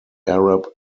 arab